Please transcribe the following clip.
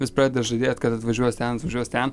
vis pradeda žadėt kad atvažiuos ten atvažiuos ten